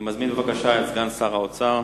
אני מזמין את סגן שר האוצר,